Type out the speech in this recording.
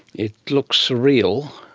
it looks surreal.